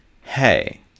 hey